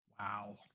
Wow